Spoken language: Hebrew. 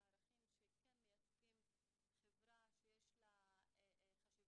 ערכים שכן מייצגים חברה שיש לה חשיבות